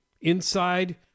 inside